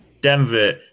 Denver